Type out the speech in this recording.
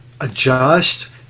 adjust